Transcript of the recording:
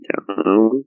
Down